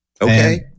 Okay